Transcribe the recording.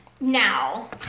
now